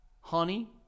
Honey